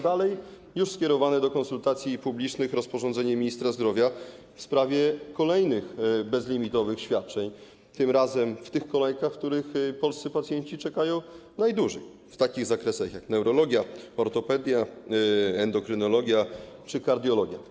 Dalej już skierowane do konsultacji publicznych rozporządzenie ministra zdrowia w sprawie kolejnych bezlimitowych świadczeń, tym razem jeśli chodzi o te kolejki, w których polscy pacjenci czekają najdłużej, w takich zakresach jak neurologia, ortopedia, endokrynologia czy kardiologia.